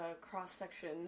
cross-section